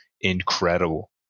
incredible